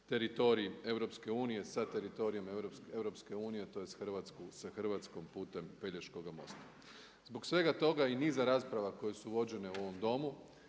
teritorij EU sa teritorijem EU tj. sa Hrvatskom putem Pelješkoga mosta. Zbog svega toga i niza rasprava koje su vođene u ovom Domu,